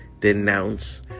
Denounce